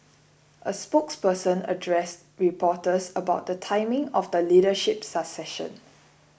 a spokesperson addressed reporters about the timing of the leadership succession